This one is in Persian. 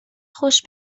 خوش